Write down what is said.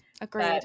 Agreed